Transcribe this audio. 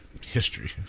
history